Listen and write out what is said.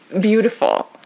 Beautiful